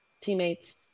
teammates